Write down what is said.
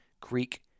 Greek